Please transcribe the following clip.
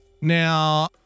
Now